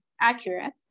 accurate